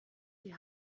sie